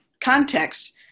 context